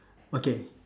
okay